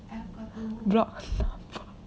drop